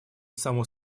само